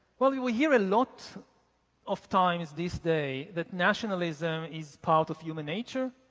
well you will hear a lot of times this day that nationalism is part of human nature.